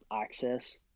access